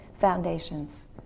foundations